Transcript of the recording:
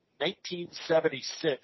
1976